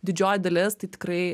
didžioji dalis tai tikrai